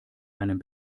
deinem